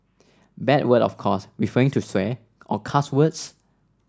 bad word of course referring to swear or cuss words